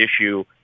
issue